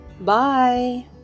Bye